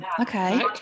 Okay